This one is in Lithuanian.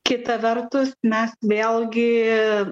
kita vertus mes vėlgi